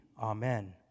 Amen